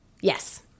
Yes